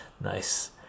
nice